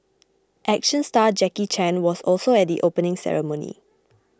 action star Jackie Chan was also at the opening ceremony